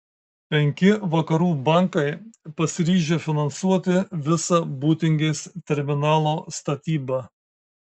penki vakarų bankai pasiryžę finansuoti visą būtingės terminalo statybą